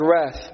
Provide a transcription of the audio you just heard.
wrath